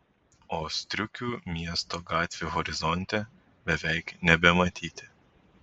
o striukių miesto gatvių horizonte beveik nebematyti